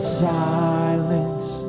silence